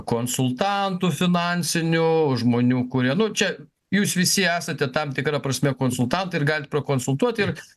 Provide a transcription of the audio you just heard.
konsultantų finansinių žmonių kurie nu čia jūs visi esate tam tikra prasme konsultantai ir galit prakonsultuoti ir